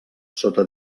sota